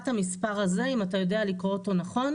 המספר הזה אם אתה יודע לקרוא אותו נכון,